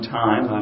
time